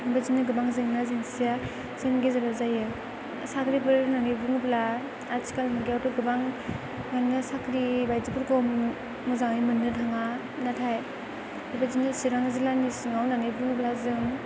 बिदिनो गोबां जेंना जेंसिया जोंनि गेजेराव जायो साख्रिफोर होननानै बुंब्ला आथिखाल मुगायावथ' गोबाङानो साख्रि बायदिफोरखौ मोजाङै मोननो थाङा नाथाय बेबायदिनो चिरां जिल्लानि सिङाव होननानै बुङोब्ला जों